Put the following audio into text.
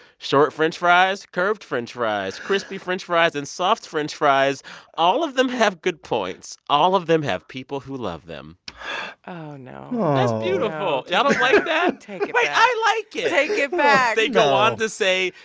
short french fries, curved french fries, crispy french fries and soft french fries all of them have good points. all of them have people who love them oh, no it's beautiful. y'all don't like that? take it back i like it take it back they go on to say,